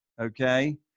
okay